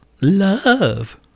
Love